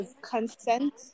consent